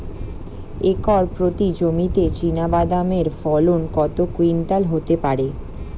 Acre প্রতি জমিতে চীনাবাদাম এর ফলন কত কুইন্টাল হতে পারে?